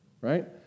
right